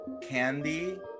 Candy